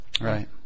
Right